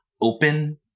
open